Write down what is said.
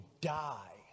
die